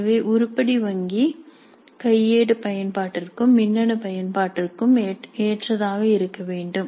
எனவே உருப்படி வங்கி கையேடு பயன்பாட்டிற்கும் மின்னணு பயன்பாட்டிற்கும் ஏற்றதாக இருக்க வேண்டும்